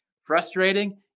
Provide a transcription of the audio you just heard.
Frustrating